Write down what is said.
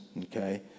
okay